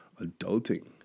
adulting